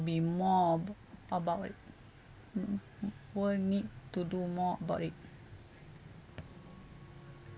be more ab~ about it mm the world need to do more about it